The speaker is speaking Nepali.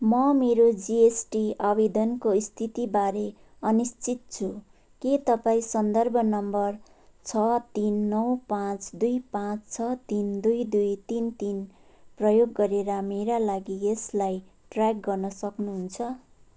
म मेरो जिएसटी आवेदनको स्थितिबारे अनिश्चित छु के तपाईँ सन्दर्भ नम्बर छ तिन नौ पाँच दुई पाँच छ तिन दुई दुई तिन तिन प्रयोग गरेर मेरा लागि यसलाई ट्र्याक गर्न सक्नुहुन्छ